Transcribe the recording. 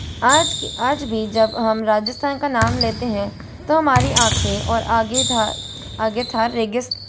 आज की आज भी जब हम राजस्थान का नाम लेते हैं तो हमारी आंखें और आगे था आगे था रेगिस